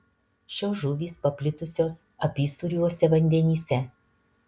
šios žuvys paplitusios apysūriuose vandenyse